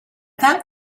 that